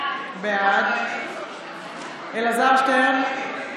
בעד אלעזר שטרן,